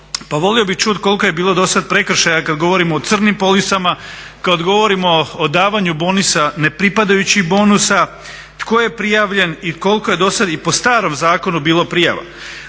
pa volio bi čuti koliko je bilo dosad prekršaja kad govorimo o crnim policama, kad govorimo o davanju bonusa ne pripadajućih bonusa, tko je prijavljen i koliko je dosad i po starom zakonu bilo prijava.